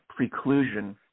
preclusion